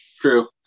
True